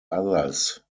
others